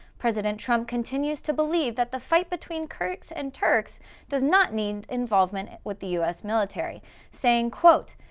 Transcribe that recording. president trump continues to believe that the fight between kurds and turks does not need involvement with the u s. military saying quote,